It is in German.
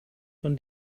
von